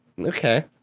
Okay